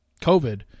COVID